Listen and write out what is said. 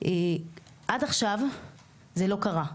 עד עכשיו זה לא קרה.